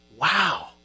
Wow